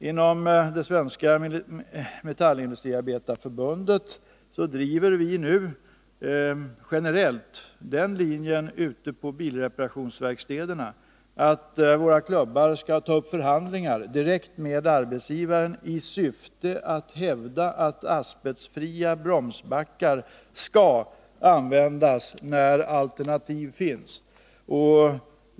Inom Svenska metallindustriarbetareförbundet driver vi nu generellt den linjen ute på bilreparationsverkstäderna att våra klubbar skall ta upp förhandlingar direkt med arbetsgivaren i syfte att hävda att asbestfria bromsbackar skall användas när sådana alternativ finns.